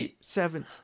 seven